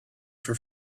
for